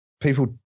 people